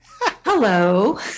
Hello